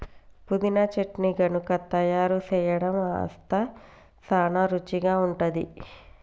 పుదీనా చట్నీ గనుక తయారు సేయడం అస్తే సానా రుచిగా ఉంటుంది